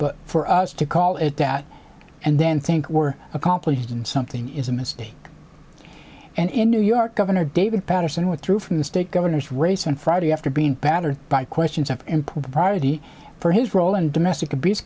but for us to call it that and then think we're accomplishing something is a mistake and in new york governor david paterson withdrew from the state governor's race on friday after being battered by questions of impropriety for his role in domestic abuse